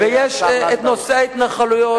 ויש נושא ההתנחלויות,